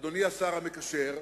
אדוני השר המקשר,